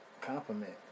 compliment